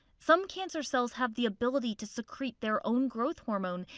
some cancer cells have the ability to secrete their own growth hormone.